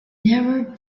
never